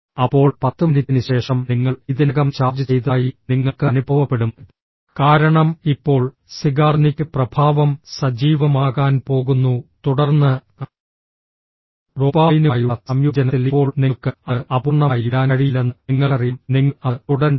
അപ്പോൾ 10 മിനിറ്റിനുശേഷം നിങ്ങൾ ഇതിനകം ചാർജ് ചെയ്തതായി നിങ്ങൾക്ക് അനുഭവപ്പെടും കാരണം ഇപ്പോൾ സിഗാർനിക് പ്രഭാവം സജീവമാകാൻ പോകുന്നു തുടർന്ന് ഡോപാമൈനുമായുള്ള സംയോജനത്തിൽ ഇപ്പോൾ നിങ്ങൾക്ക് അത് അപൂർണ്ണമായി വിടാൻ കഴിയില്ലെന്ന് നിങ്ങൾക്കറിയാം നിങ്ങൾ അത് തുടരേണ്ടതുണ്ട്